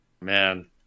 man